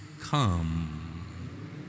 come